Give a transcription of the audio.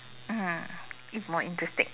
mmhmm it more interesting